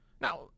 now